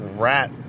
Rat